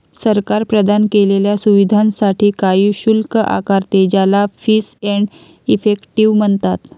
सरकार प्रदान केलेल्या सुविधांसाठी काही शुल्क आकारते, ज्याला फीस एंड इफेक्टिव म्हणतात